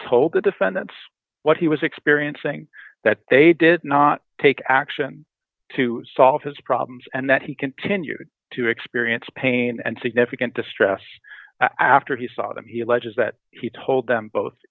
told the defendants what he was experiencing that they did not take action to solve his problems and that he continued to experience pain and significant distress after he saw them he alleges that he told them both